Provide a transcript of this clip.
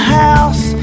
house